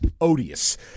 Odious